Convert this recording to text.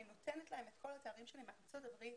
אני נותנת להם את כל התארים שלי מארצות הברית,